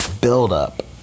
buildup